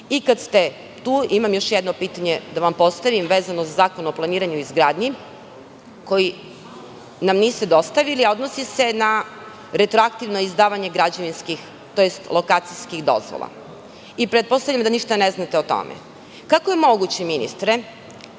ste već tu, imam još jedno pitanje da vam postavim vezano za Zakon o planiranju i izgradnji, koji nam niste dostavili, a odnosi se na retroaktivno izdavanje građevinskih, tj. lokacijskih dozvola. Pretpostavljam da ništa ne znate o tome. Kako je moguće, ministre,